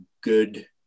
good